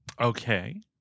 Okay